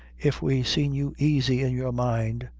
if we seen you aisy in your mind,